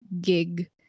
gig